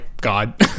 God